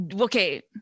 Okay